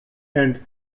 and